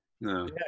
No